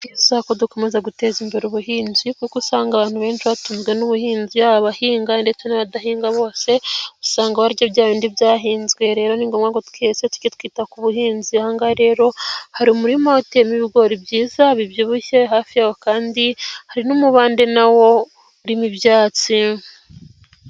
Ni byiza ko dukomeza guteza imbere ubuhinzi kuko usanga abantu benshi batunzwe n'ubuhinzi abahinga ndetse n'abadahinga bose usanga barya bya bindi byahinzwe, rero ni ngombwa twese tujye twita ku buhinzi. Ahangaha rero hari umurima uteyemo ibigori byiza bibyibushye hafi yaho kandi hari n'umubande na wo urimo ibyatsi.